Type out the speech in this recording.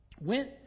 went